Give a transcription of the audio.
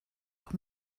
auch